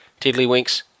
Tiddlywinks